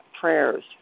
prayers